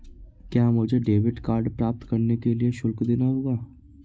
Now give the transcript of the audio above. क्या मुझे debit card प्राप्त करने के लिए शुल्क देना होगा?